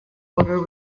order